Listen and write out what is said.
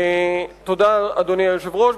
תודה, אדוני היושב-ראש.